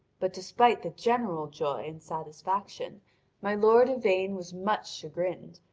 but despite the general joy and satisfaction my lord yvain was much chagrined,